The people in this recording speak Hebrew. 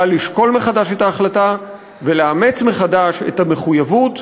לשקול מחדש את ההחלטה ולאמץ מחדש את המחויבות.